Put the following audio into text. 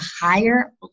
higher